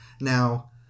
Now